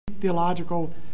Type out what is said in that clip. theological